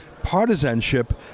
partisanship